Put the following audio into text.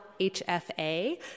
HFA